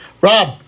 Rob